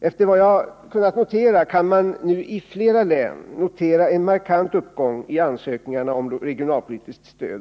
Efter vad jag kunnat notera kan man nu i flera län se en markant uppgång i antalet ansökningar om regionalpolitiskt stöd.